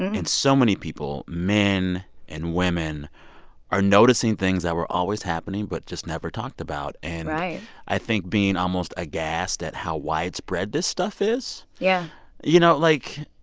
and and so many people men and women are noticing things that were always happening but just never talked about, and i i think being almost aghast at how widespread this stuff is? yeah you know? like,